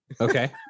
Okay